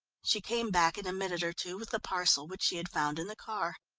she came back in a minute or two with the parcel which she had found in the car.